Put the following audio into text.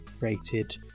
rated